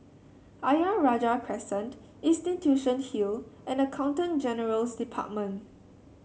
Ayer Rajah Crescent Institution Hill and Accountant General's Department